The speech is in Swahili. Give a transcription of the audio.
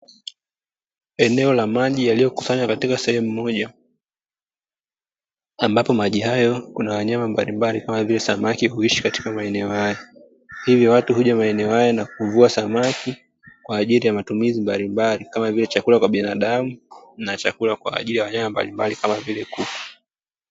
Eneo la maji yaliyokusanywa katika sehemu moja ambapo maji hayo kuna wanyama mbalimbali kama vile samaki huishi katika maeneo hayo, hivyo watu huja maeneo hayo na kuvua samaki kwa ajili ya matumizi mbalimbali kama vile chakula kwa binadamu na chakula kwa ajili ya wanyama mbalimbali kama vile kuku.